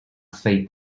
swej